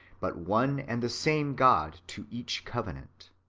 but one and the same god to each covenant.